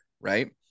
Right